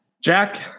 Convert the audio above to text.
Jack